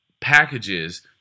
packages